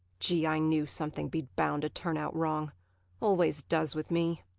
gee, i knew something'd be bound to turn out wrong always does with me.